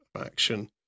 action